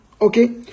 Okay